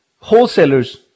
wholesalers